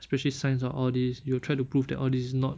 especially science and all these you will try to prove that orh this is not